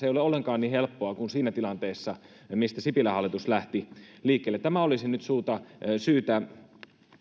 ei ole ollenkaan niin helppoa kuin siinä tilanteessa mistä sipilän hallitus lähti liikkeelle tämä olisi nyt syytä